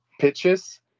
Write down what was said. pitches